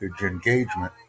engagement